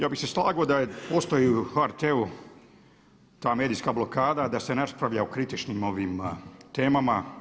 Ja bih se slagao da postoji i u HRT-u ta medijska blokada, da se ne raspravlja o kritičnim temama.